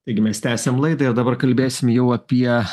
taigi mes tęsiam laidą ir dabar kalbėsim jau apie